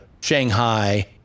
Shanghai